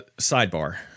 Sidebar